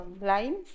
lines